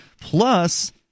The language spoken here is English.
plus